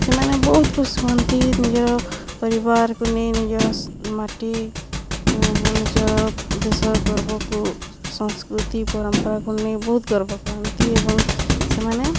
ସେମାନେ ବହୁତ ଖୁସି ହୁଅନ୍ତି ନିଜର ପରିବାରକୁ ନେଇ ନିଜ ମାଟି ନିଜର ଦେଶ ଗର୍ବକୁ ସଂସ୍କୃତି ପରମ୍ପରାକୁ ନେଇ ବହୁତ ଗର୍ବ କରନ୍ତି ଏବଂ ସେମାନେ